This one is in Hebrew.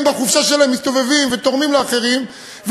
בחופשה שלהם מסתובבים ותורמים לאחרים,